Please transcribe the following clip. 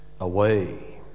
away